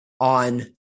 On